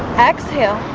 exhale